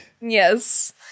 Yes